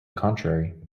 contrary